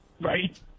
Right